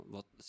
Wat